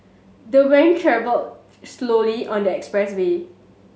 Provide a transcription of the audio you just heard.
the van travelled slowly on the expressway